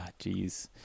jeez